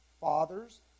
Fathers